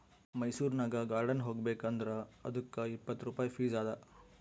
ಮೈಸೂರನಾಗ್ ಗಾರ್ಡನ್ ಹೋಗಬೇಕ್ ಅಂದುರ್ ಅದ್ದುಕ್ ಇಪ್ಪತ್ ರುಪಾಯಿ ಫೀಸ್ ಅದಾ